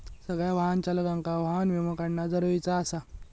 सगळ्या वाहन चालकांका वाहन विमो काढणा जरुरीचा आसा